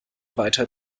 weiter